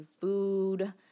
food